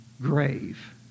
Grave